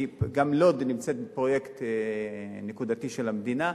כי לוד גם נמצאת בפרויקט נקודתי של המדינה,